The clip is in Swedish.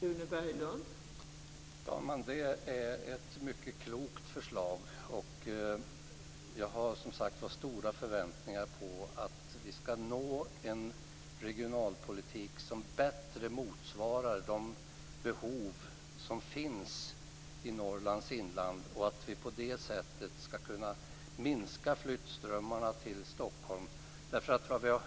Fru talman! Det är ett mycket klokt förslag. Jag har som sagt stora förväntningar på att vi ska nå en regionalpolitik som bättre motsvarar de behov som finns i Norrlands inland. På det sättet kan vi kanske minska flyttströmmarna till Stockholm.